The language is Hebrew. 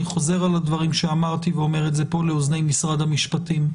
אני חוזר על הדברים שאמרתי ואומר זאת לאוזני משרד המשפטים.